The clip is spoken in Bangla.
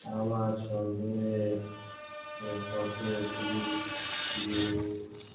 আমার সংগ্রহের কতগুলি জিনিস